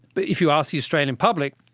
but if you ask the australian public,